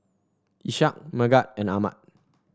Ishak Megat and Ahmad